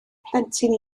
plentyn